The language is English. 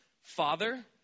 Father